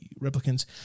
replicants